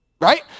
right